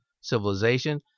Civilization